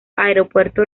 aeropuerto